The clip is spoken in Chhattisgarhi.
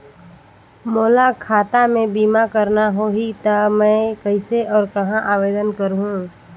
मोला खाता मे बीमा करना होहि ता मैं कइसे और कहां आवेदन करहूं?